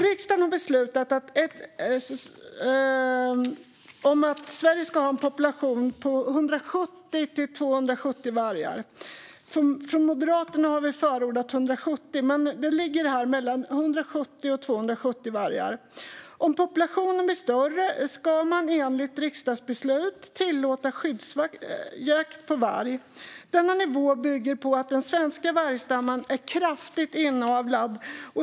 Riksdagen har beslutat att Sverige ska ha en population på 170-270 vargar. Från Moderaterna har vi förordat 170, men det ligger mellan 170 och 270 vargar. Om populationen blir större ska man enligt riksdagsbeslut tillåta skyddsjakt på varg. Denna nivå bygger på att den svenska vargstammen är kraftigt inavlad.